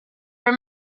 were